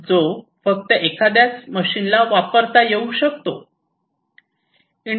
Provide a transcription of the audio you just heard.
जो फक्त एखाद्याच मशीन ला वापरता येऊ शकतो